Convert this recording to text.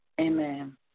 Amen